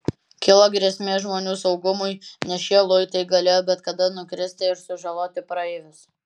kilo grėsmė žmonių saugumui nes šie luitai galėjo bet kada nukristi ir sužaloti praeivius